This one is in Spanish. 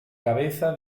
cabeza